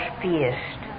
pierced